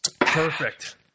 Perfect